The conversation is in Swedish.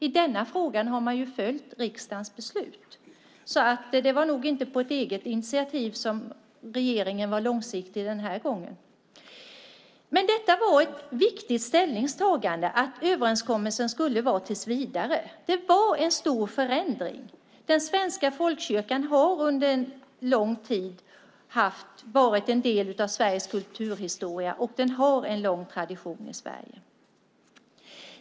I denna fråga har man följt riksdagens beslut, så det var nog inte på eget initiativ som regeringen var långsiktig den här gången. Det var ett viktigt ställningstagande att överenskommelsen skulle vara tills vidare. Det var en stor förändring. Den svenska folkkyrkan har under en lång tid varit en del av Sveriges kulturhistoria, och den har en lång tradition i Sverige.